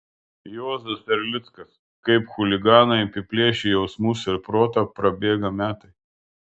juozas erlickas kaip chuliganai apiplėšę jausmus ir protą prabėga metai